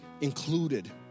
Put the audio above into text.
included